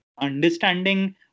understanding